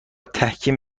تحکیم